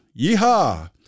Yeehaw